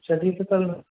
چلیے تو کل